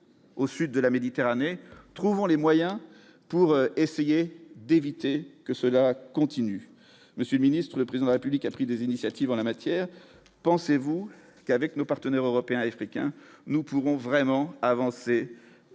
au sud de la Méditerranée, trouvant les moyens pour essayer d'éviter que cela continue monsieur ministre le président République a pris des initiatives en la matière, pensez-vous qu'avec nos partenaires européens et africains, nous pourrons vraiment avancer